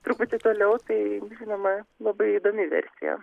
truputį toliau tai žinoma labai įdomi versija